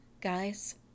Guys